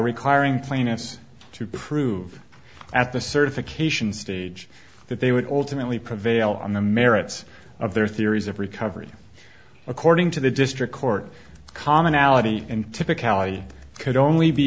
requiring plaintiffs to prove at the certification stage that they would ultimately prevail on the merits of their theories of recovery according to the district court commonality and typically could only be